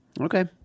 Okay